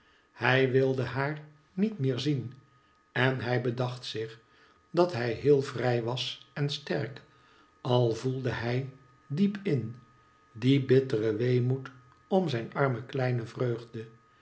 hij wilde haar niet meer zien en hij bedacht zich dat hij heel vrij was en sterk al voelde hij diep in dien bitteren weemoed om zijn arme kleine vreugde